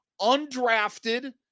undrafted